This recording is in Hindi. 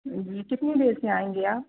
जी कितनी देर से आएँगे आप